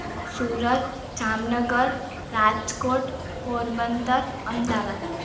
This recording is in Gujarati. સુરત જામનગર રાજકોટ પોરબંદર અમદાવાદ